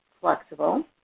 flexible